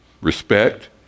respect